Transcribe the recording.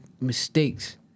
mistakes